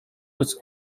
was